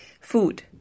Food